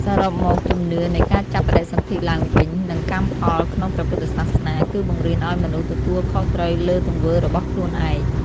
សរុបមក ជំនឿនៃការចាប់បដិសន្ធិឡើងវិញ និងកម្មផលក្នុងព្រះពុទ្ធសាសនា គឺបង្រៀនឲ្យមនុស្សទទួលខុសត្រូវលើទង្វើរបស់ខ្លួនឯង។